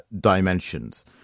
dimensions